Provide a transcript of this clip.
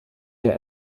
der